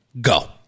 Go